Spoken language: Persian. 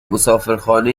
مسافرخانه